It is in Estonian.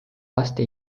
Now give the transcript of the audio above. laste